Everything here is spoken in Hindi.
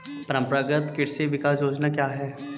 परंपरागत कृषि विकास योजना क्या है?